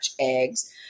Eggs